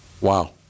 Wow